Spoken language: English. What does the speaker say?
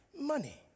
money